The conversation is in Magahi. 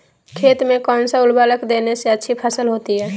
खेत में कौन सा उर्वरक देने से अच्छी फसल होती है?